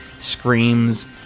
screams